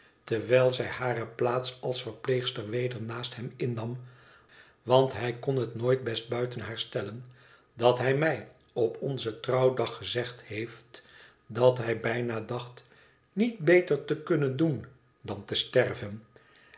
terwijl zij hare plaats als verpleegster weder naast hem innam want hij kon het nooit best buiten haar stellen dat hij mij op onzen trouwdag gezegd heeft dat hij bijna dacht niet beter te kunnen doen dan te sterven